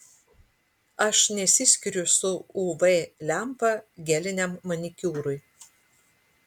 aš nesiskiriu su uv lempa geliniam manikiūrui